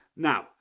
Now